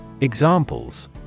Examples